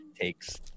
takes